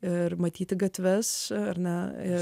ir matyti gatves ar na